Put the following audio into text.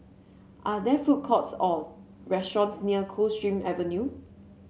are there food courts or restaurants near Coldstream Avenue